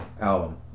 album